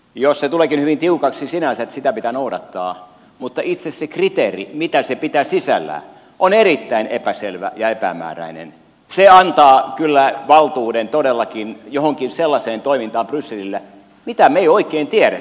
jos se tuleekin hyvin tiukaksi sinänsä että sitä pitää noudattaa mutta itse se kriteeri mitä se pitää sisällään on erittäin epäselvä ja epämääräinen se antaa kyllä brysselille valtuuden todellakin johonkin sellaiseen toimintaan mitä me emme oikein tiedä